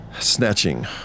snatching